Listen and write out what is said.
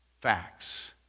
Facts